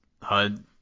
HUD